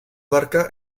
barca